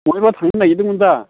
बहायबा थांनो नागिरदोंमोन दा